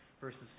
verses